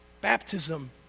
Baptism